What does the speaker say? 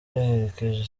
yaherekeje